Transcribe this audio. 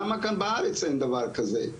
למה כאן בארץ אין דבר כזה,